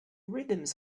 rhythms